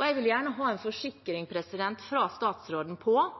Jeg vil gjerne ha en forsikring fra statsråden om